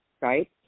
right